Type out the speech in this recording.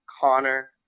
Connor